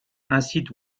incite